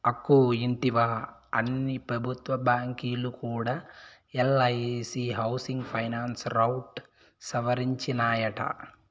అక్కో ఇంటివా, అన్ని పెబుత్వ బాంకీలు కూడా ఎల్ఐసీ హౌసింగ్ ఫైనాన్స్ రౌట్ సవరించినాయట